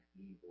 evil